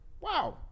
Wow